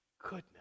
goodness